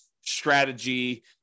strategy